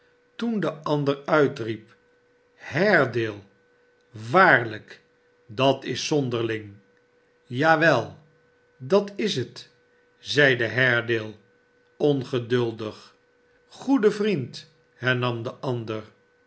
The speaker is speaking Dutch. hoen de ander uitriep haredale waarlijk dat is zonderling ja wel dat is het zeide haredale ongeduldig goede vriend hernam de ander